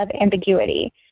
ambiguity